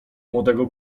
młodego